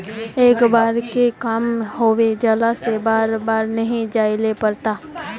एक बार बैंक के काम होबे जाला से बार बार नहीं जाइले पड़ता?